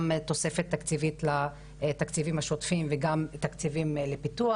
גם תוספת תקציבית לתקציבים השוטפים וגם תקציבים לפיתוח.